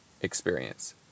experience